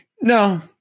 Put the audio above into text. No